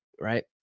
right